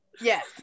Yes